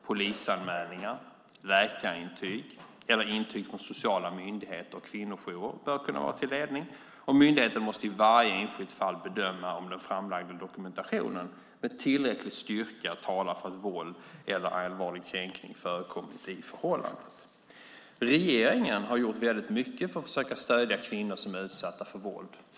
Polisanmälningar, läkarintyg eller intyg från sociala myndigheter och kvinnojourer bör kunna vara till ledning. Myndigheten måste i varje enskild fall bedöma om den framlagda dokumentationen med tillräcklig styrka talar för att allvarligt våld eller kränkning förekommit i förhållandet. Regeringen har gjort väldigt mycket för att försöka stödja kvinnor som är utsatta för våld.